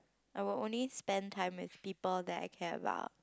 I will only spend time with people that I care about